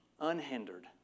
unhindered